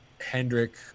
Hendrick